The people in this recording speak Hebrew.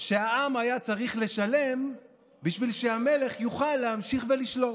שהעם היה צריך לשלם בשביל שהמלך יוכל להמשיך ולשלוט.